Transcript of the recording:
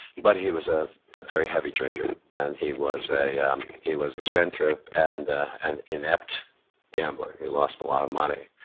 but he was a a very heavy drinker, and he was a um was a spendthrift and an inept gambler who lost a lot of money,